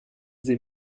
sie